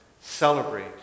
celebrate